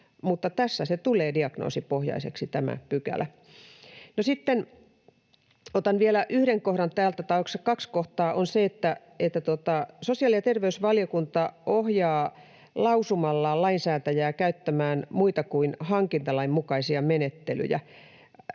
mutta tässä tämä pykälä tulee diagnoosipohjaiseksi. No sitten otan vielä yhden kohdan täältä, tai oikeastaan kaksi kohtaa. Sosiaali- ja terveysvaliokunta ohjaa lausumallaan lainsäätäjää käyttämään muita kuin hankintalain mukaisia menettelyjä